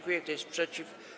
Kto jest przeciw?